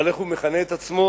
אבל איך הוא מכנה את עצמו?